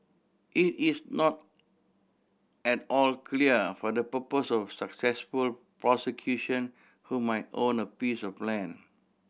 it is not at all clear for the purpose of successful prosecution who might own a piece of land